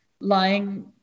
lying